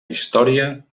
història